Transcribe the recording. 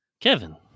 Kevin